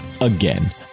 Again